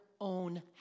own